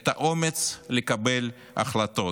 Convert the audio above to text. את האומץ לקבל החלטות,